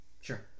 sure